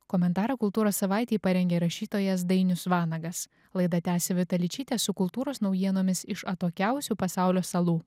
komentarą kultūros savaitei parengė rašytojas dainius vanagas laida tęsia vita ličytė su kultūros naujienomis iš atokiausių pasaulio salų